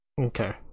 Okay